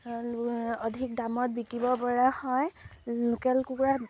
অধিক দামত বিকিব পৰা হয় লোকেল কুকুৰা